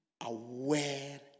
aware